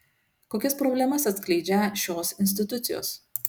kokias problemas atskleidžią šios institucijos